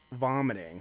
vomiting